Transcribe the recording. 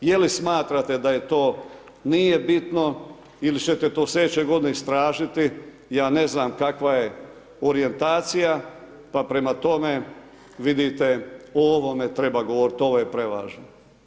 Je li smatrate da je to, nije bitno ili ćete to sljedeće godine istražiti, ja ne znam kakva je orijentacija pa prema tome vidite o ovome treba govoriti, ovo je prevažno.